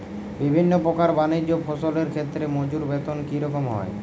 বিভিন্ন প্রকার বানিজ্য ফসলের ক্ষেত্রে মজুর বেতন কী রকম হয়?